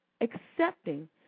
accepting